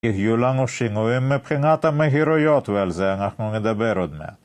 יהיו לנו שינויים מבחינת המהירויות, ועל זה אנחנו נדבר עוד מעט